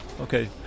okay